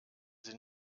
sie